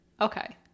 Okay